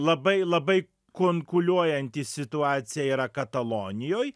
labai labai konkuliuojanti situacija yra katalonijoj